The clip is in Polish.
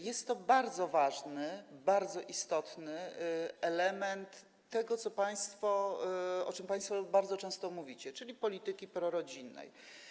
Jest to bardzo ważny, bardzo istotny element tego, o czym państwo bardzo często mówicie, czyli polityki prorodzinnej.